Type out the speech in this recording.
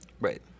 right